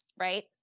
right